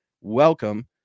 Welcome